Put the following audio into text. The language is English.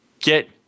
get